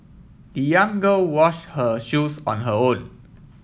the young girl washed her shoes on her own